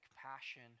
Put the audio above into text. compassion